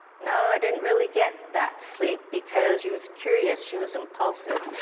no, i didn't really get that sleep because she was curious, she was impulsive,